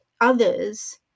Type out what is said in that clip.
others